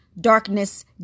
darkness